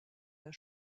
der